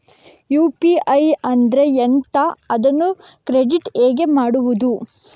UPI ಅಂದ್ರೆ ಎಂಥ? ಅದನ್ನು ಕ್ರಿಯೇಟ್ ಹೇಗೆ ಮಾಡುವುದು?